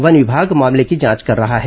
one विभाग मामले की जांच कर रहा है